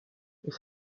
ich